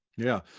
yeah.